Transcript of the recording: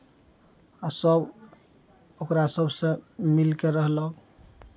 आ सभ ओकरा सभसँ मिलि कऽ रहलहुँ